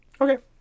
Okay